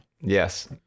Yes